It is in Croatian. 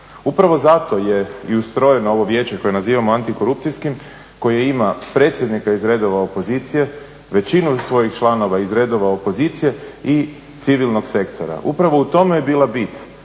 Upravo zato je i ustrojeno ovo vijeće koje nazivamo antikorupcijskom koji ima predsjednika iz redova opozicije, većinu svojih članova iz redova opozicije i civilnog sektora. Upravo u tome je bila bit